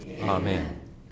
amen